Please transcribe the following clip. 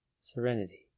serenity